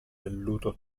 velluto